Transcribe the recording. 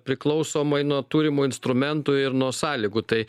priklausomai nuo turimo instrumento ir nuo sąlygų tai